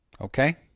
Okay